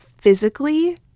physically